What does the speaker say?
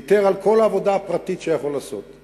הוא ויתר על כל העבודה הפרטית שיכול היה לעשות.